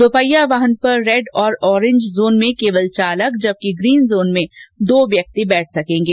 द्रपहिया वाहन पर रेड और ओरेंज जोन में केवल चालक जबकि ग्रीन जोन में दो व्यक्ति बैठ सकेंगे